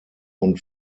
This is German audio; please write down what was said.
und